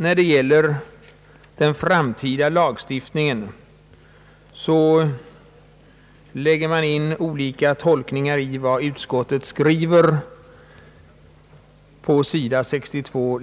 Vad gäller den framtida lagstiftningen lägger man in olika tolkningar i vad utskottet skrivit längst ned på sid. 62.